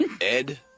Ed